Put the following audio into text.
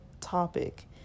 topic